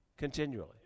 Continually